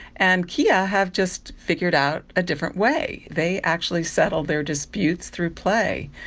and kea yeah have just figured out a different way. they actually settle their disputes through play.